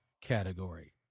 category